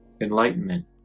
enlightenment